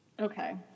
Okay